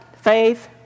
Faith